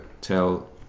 tell